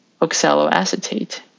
oxaloacetate